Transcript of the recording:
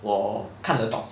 我看得懂